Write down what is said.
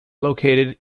located